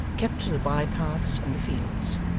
kept to the by-paths and the fields.